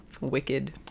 Wicked